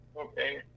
okay